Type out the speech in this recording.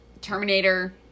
Terminator